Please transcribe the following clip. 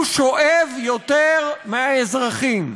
הוא שואב יותר מהאזרחים.